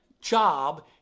job